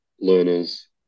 learners